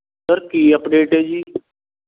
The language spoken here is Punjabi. ਸਰ ਕੀ ਅਪਡੇਟ ਹੈ ਜੀ